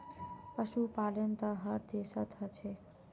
पशुपालन त हर देशत ह छेक